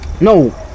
No